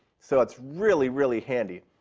so it's really, really handy.